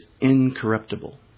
incorruptible